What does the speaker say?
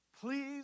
Please